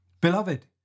Beloved